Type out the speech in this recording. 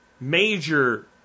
major